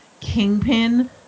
Kingpin